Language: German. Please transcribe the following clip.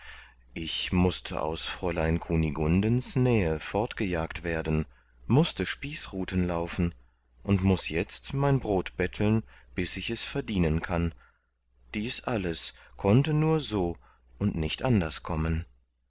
ich mußte aus fräulein kunigundens nähe fortgejagt werden mußte spießruthen laufen und muß jetzt mein brot betteln bis ich es verdienen kann dies alles konnte nur so und nicht anders kommen